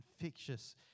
infectious